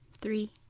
Three